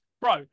bro